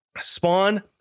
Spawn